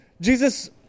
Jesus